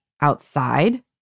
outside